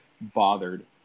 bothered